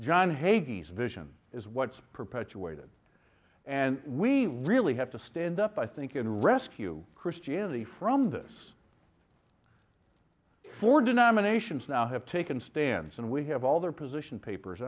hades vision is what's perpetuated and we really have to stand up i think in rescue christianity from this for denominations now have taken stands and we have all their position papers